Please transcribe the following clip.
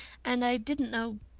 and i didn't know.